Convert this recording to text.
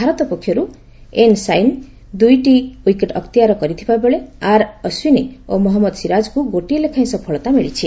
ଭାରତ ପକ୍ଷରୁ ଏନ୍ ସାଇନ୍ ଦୁଇଟି ୱିକେଟ ଅକ୍ତିଆର କରିଥିବାବେଳେ ଆର ଅଶ୍ୱିନୀ ଓ ମହନ୍ମଦ ସିରାଜ୍ଙ୍କୁ ଗୋଟିଏ ଲେଖାଏଁ ସଫଳତା ମିଳିଛି